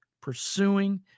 pursuing